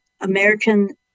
American